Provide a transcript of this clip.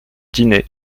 dîner